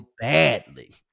badly